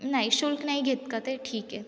नाही शुल्क नाही घेत का ते ठीक आहे